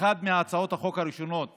ואחת מהצעות החוק הראשונות